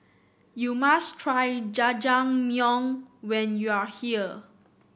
you must try Jajangmyeon when you are here